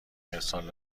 ارسال